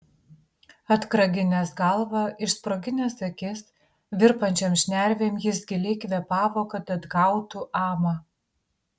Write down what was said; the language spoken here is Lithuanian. atkraginęs galvą išsproginęs akis virpančiom šnervėm jis giliai kvėpavo kad atgautų amą